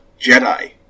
Jedi